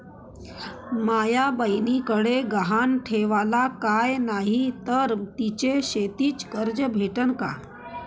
माया बयनीकडे गहान ठेवाला काय नाही तर तिले शेतीच कर्ज भेटन का?